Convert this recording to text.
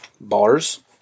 bars